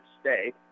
stay